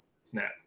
snap